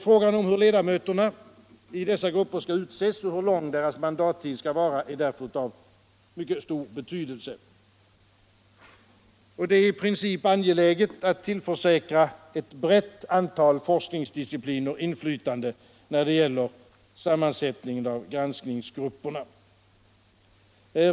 Frågan om hur ledamöterna i dessa grupper skall utses och hur lång deras mandattid skall vara är därför av mycket stor betydelse. Det är i princip angeläget att tillförsäkra ett brett antal forskningsdiscipliner inflytande när det gäller sammansättningen av granskningsgrupperna.